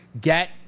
get